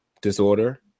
disorder